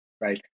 right